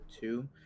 two